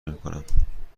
نمیکنم